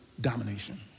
domination